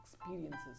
experiences